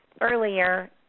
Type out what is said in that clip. earlier